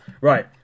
Right